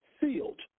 sealed